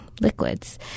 liquids